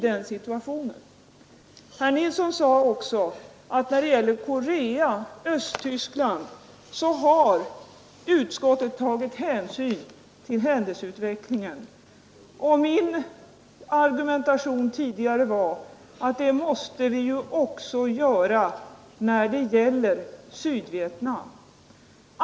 Herr Nilsson sade också att när det gäller Korea och Östtyskland har utskottet tagit hänsyn till händelseutvecklingen, och min argumentation tidigare var att det måste vi också göra när det gäller Sydvietnam.